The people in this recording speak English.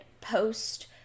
post